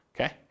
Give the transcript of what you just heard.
okay